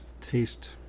taste